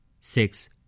Six